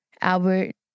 Albert